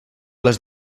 les